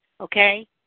okay